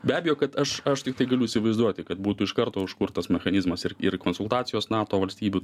be abejo kad aš aš tiktai galiu įsivaizduoti kad būtų iš karto užkurtas mechanizmas ir ir konsultacijos nato valstybių